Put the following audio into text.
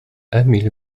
emil